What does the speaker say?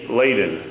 laden